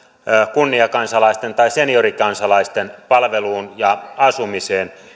kunniakansalaisten tai seniorikansalaisten palveluun ja asumiseen